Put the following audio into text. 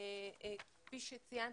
כפי שציינת,